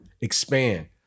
expand